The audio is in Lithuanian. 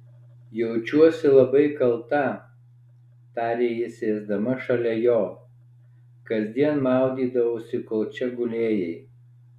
jaučiuosi labai kalta tarė ji sėsdama šalia jo kasdien maudydavausi kol čia gulėjai